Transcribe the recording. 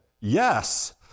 Yes